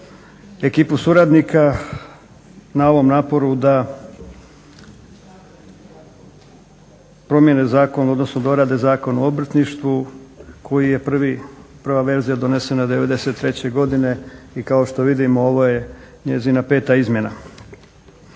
ekipu suradnika na ovom naporu da promjene zakon, odnosno dorade Zakon o obrtništvu koji je prvi, prva verzija donesena 93. godine. I kao što vidimo ovo je njezina peta izmjena.